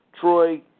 Troy